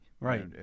Right